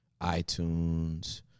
iTunes